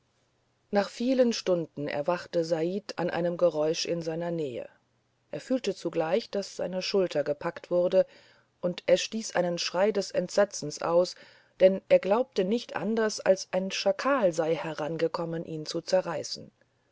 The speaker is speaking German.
nach vielen stunden erwachte said an einem geräusch in seiner nähe er fühlte zugleich daß seine schulter gepackt wurde und er stieß einen schrei des entsetzens aus denn er glaubte nicht anders als ein schakal sei herangekommen ihn zu zerreißen